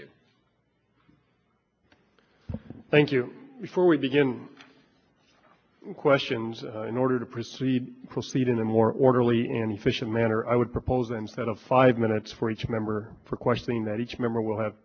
you thank you before we begin questions in order to proceed proceed in a more orderly and efficient manner i would propose instead of five minutes for each member for questioning that each member will have